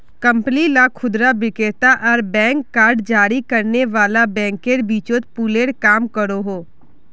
company ला खुदरा विक्रेता आर बैंक कार्ड जारी करने वाला बैंकेर बीचोत पूलेर काम करोहो